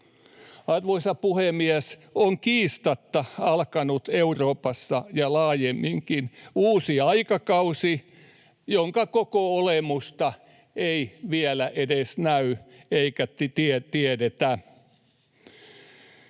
Arvoisa puhemies! On kiistatta alkanut Euroopassa ja laajemminkin uusi aikakausi, jonka koko olemusta ei vielä edes näy eikä tiedetä.